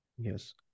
Yes